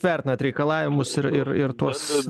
vertinat reikalavimus ir ir ir tuos